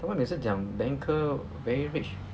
他们每次讲 banker very rich